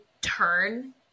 turn